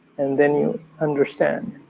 and then you understand,